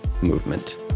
movement